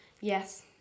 yes